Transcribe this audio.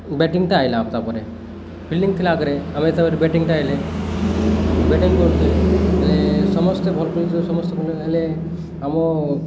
ବ୍ୟାଟିଂଟା ଆସାଲା ଆ ତାପରେ ଫିଲ୍ଡିଂ ଥିଲାକରେ ଆମେ ତାପରେ ବ୍ୟାଟିଂଟା ଆଇଲେ ବ୍ୟାଟିଂ କରଥିଲେ ସମସ୍ତେ ଭଲ ସମସ୍ତେ ହେଲେ ଆମ